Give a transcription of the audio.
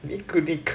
it could be c~